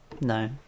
No